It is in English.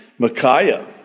Micaiah